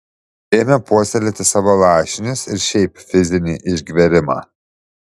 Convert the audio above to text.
ėmė puoselėti savo lašinius ir šiaip fizinį išgverimą